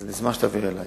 אז אשמח אם תעביר אלי.